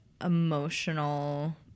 emotional